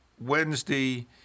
Wednesday